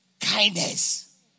kindness